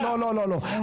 נכון, נכון.